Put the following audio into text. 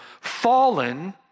fallen